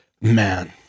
man